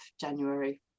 January